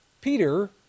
Peter